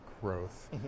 growth